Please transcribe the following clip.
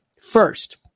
first